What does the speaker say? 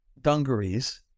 dungarees